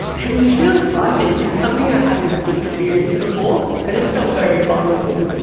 it was just really frightening and something i hadn't experienced before. i just felt very vulnerable.